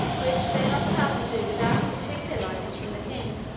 which they are not allowed to do without a particular license from the king